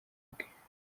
bwe